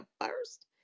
first